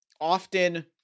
often